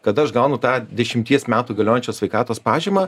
kada aš gaunu tą dešimties metų galiojančią sveikatos pažymą